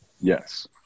Yes